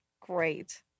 Great